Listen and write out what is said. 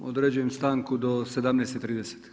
Određujem stanku do 17.30.